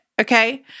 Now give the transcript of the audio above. Okay